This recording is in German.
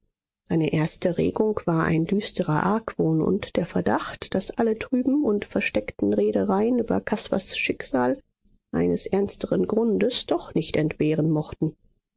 seine erste regung war ein düsterer argwohn und der verdacht daß alle trüben und versteckten redereien über caspars schicksal eines ernstlichen grundes doch nicht entbehren mochten